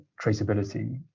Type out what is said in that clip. traceability